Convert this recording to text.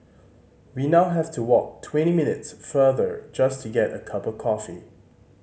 we now have to walk twenty minutes farther just to get a cup of coffee